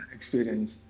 experience